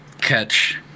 Catch